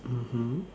mmhmm